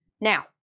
Now